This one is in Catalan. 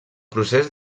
procés